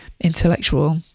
intellectual